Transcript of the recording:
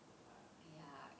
ya